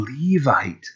Levite